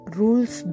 rules